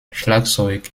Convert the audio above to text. schlagzeug